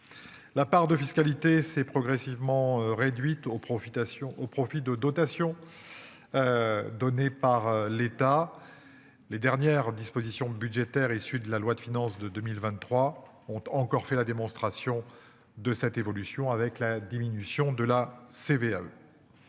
La part de fiscalité s'est progressivement réduite au profitation au profit de dotation. Donnée par l'État. Les dernières dispositions budgétaires issu de la loi de finances de 2023 ont encore fait la démonstration de cette évolution avec la diminution de la CVAE.